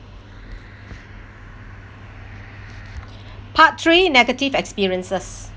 part three negative experiences